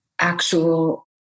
actual